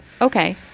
okay